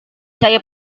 saya